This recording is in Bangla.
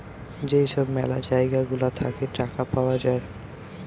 যেই সব ম্যালা জায়গা গুলা থাকে টাকা পাওয়া যায়